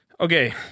Okay